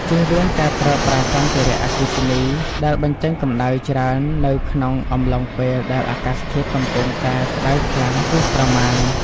ជៀសវាងការប្រើប្រាស់សម្ភារៈអគ្គិសនីដែលបញ្ចេញកម្តៅច្រើននៅក្នុងអំឡុងពេលដែលអាកាសធាតុកំពុងតែក្តៅខ្លាំងហួសប្រមាណ។